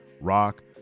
rock